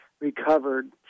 recovered